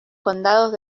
condados